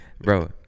Bro